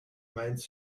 mainz